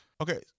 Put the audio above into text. Okay